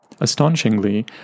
Astonishingly